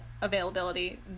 availability